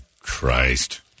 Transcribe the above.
Christ